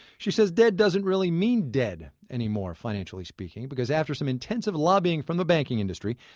she says dead doesn't really mean dead anymore, financially speaking. because after some intensive lobbying from the banking industry,